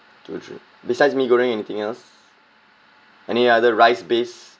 two three besides mee goreng anything else any other rice based